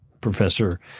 professor